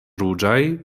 ruĝaj